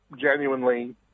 genuinely